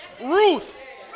Ruth